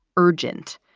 urgent,